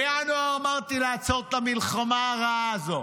בינואר אמרתי לעצור את המלחמה הרעה הזאת.